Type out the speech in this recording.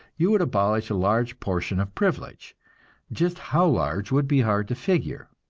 you would abolish a large portion of privilege just how large would be hard to figure.